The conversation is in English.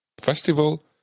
festival